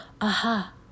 aha